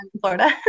Florida